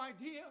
idea